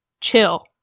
chill